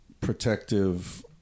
protective